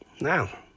now